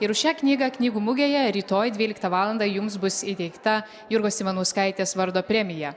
ir šią knygą knygų mugėje rytoj dvyliktą valandą jums bus įteikta jurgos ivanauskaitės vardo premija